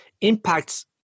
impacts